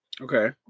Okay